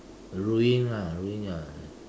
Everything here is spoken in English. ruin lah ruin ya